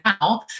now